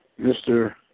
Mr